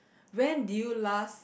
when did you last